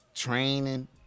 Training